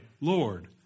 Lord